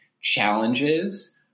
challenges